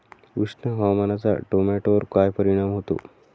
उष्ण हवामानाचा टोमॅटोवर काय परिणाम होतो?